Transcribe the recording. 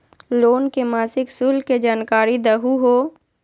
Loan के मासिक शुल्क के जानकारी दहु हो?